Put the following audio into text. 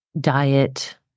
diet